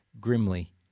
grimly